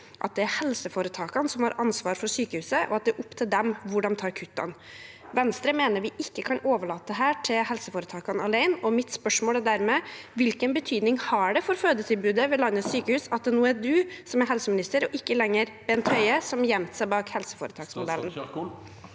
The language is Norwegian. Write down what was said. at det er helseforetakene som har ansvar for sykehusene, og at det er opp til dem hvor de tar kuttene. Venstre mener vi ikke kan overlate dette til helseforetakene alene, og mitt spørsmål er dermed: Hvilken betydning har det for fødetilbudet ved landets sykehus at det nå er Ingvild Kjerkol som er helseminister, og ikke lenger Bent Høie, som gjemte seg bak helseforetaksmodellen?